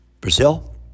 Brazil